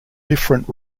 different